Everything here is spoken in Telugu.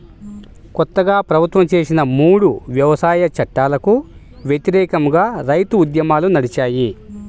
కొత్తగా ప్రభుత్వం చేసిన మూడు వ్యవసాయ చట్టాలకు వ్యతిరేకంగా రైతు ఉద్యమాలు నడిచాయి